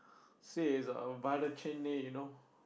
she's a you know